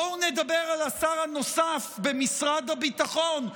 בואו נדבר על השר הנוסף במשרד הביטחון,